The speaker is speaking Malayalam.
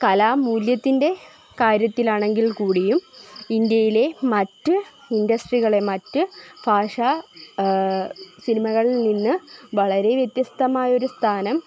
കലാമൂല്യത്തിൻ്റെ കാര്യത്തിലാണെങ്കിൽ കൂടിയും ഇന്ത്യയിലെ മറ്റ് ഇൻഡസ്ട്രികളെ മറ്റ് ഭാഷ സിനിമകളിൽ നിന്ന് വളരെ വ്യത്യസ്തമായൊരു സ്ഥാനം